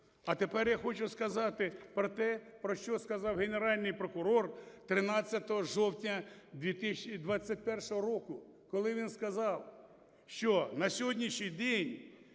А тепер я хочу сказати про те, про що сказав Генеральний прокурор 13 жовтня 2021 року, коли він сказав, що на сьогоднішній день